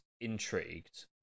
intrigued